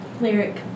lyric